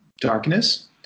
darkness